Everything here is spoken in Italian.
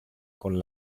con